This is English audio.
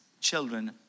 children